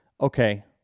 okay